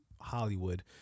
Hollywood